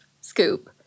scoop